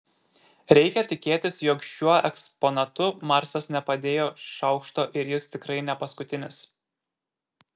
reikia tikėtis jog šiuo eksponatu marsas nepadėjo šaukšto ir jis tikrai ne paskutinis